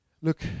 Look